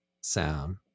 sound